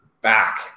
back